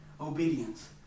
Obedience